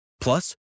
Plus